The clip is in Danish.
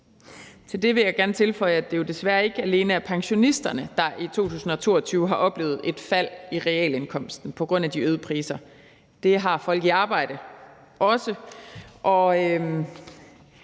Til det vil jeg gerne tilføje, at det jo desværre ikke alene er pensionisterne, der i 2022 har oplevet et fald i realindkomsten på grund af de øgede priser. Det har folk i arbejde også.